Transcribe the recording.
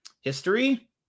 history